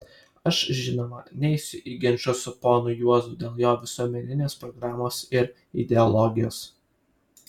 aš žinoma neisiu į ginčus su ponu juozu dėl jo visuomeninės programos ir ideologijos